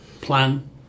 plan